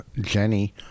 Jenny